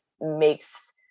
makes